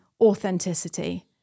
authenticity